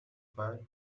fire